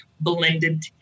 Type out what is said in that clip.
blended